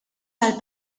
għall